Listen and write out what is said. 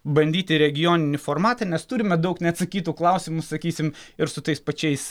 bandyti regioninį formatą nes turime daug neatsakytų klausimų sakysim ir su tais pačiais